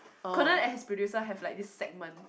Conan and his producer have like this segment